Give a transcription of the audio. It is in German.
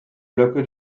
blöcke